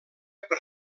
per